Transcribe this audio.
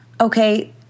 okay